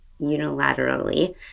unilaterally